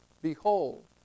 Behold